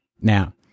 Now